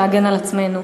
להגן על עצמנו.